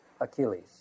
Achilles